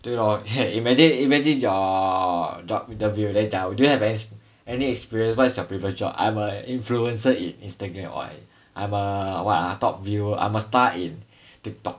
对 lor imagine imagine your job interview then 讲 do you have any any experience what is your previous job I'm a influencer in instagram !wah! eh I'm uh what ah top viewer I'm a star in TikTok